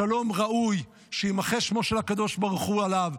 השלום ראוי שיימחה שמו של הקדוש ברוך הוא עליו,